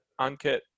Ankit